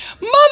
Mother